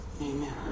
Amen